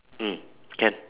mm can